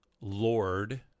Lord